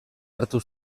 hartu